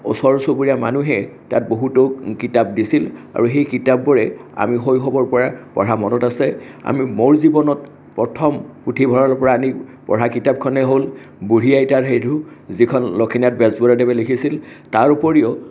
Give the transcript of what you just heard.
ওচৰ চুবুৰীয়া মানুহে তাত বহুতো কিতাপ দিছিল আৰু সেই কিতাপবোৰে আমি শৈশৱৰ পৰা পঢ়া মনত আছে আমি মোৰ জীৱনত প্ৰথম পুথিভঁৰালৰ পৰা আনি পঢ়া কিতাপখনেই হ'ল বুঢ়ূী আইতাৰ সাধু যিখন লক্ষ্মীনাথ বেজবৰুৱাদেৱে লিখিছিল তাৰ উপৰিও